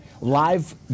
live